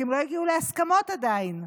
כי הם לא הגיעו להסכמות עדיין.